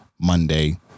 Monday